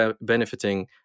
benefiting